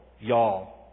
Y'all